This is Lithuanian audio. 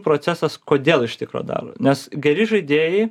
procesas kodėl iš tikro daro nes geri žaidėjai